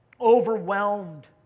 overwhelmed